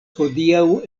hodiaŭ